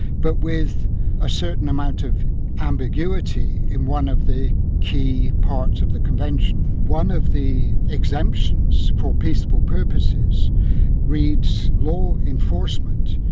but with a certain amount of ambiguity in one of the key parts of the convention. one of the exemptions for peaceful purposes reads, law enforcement,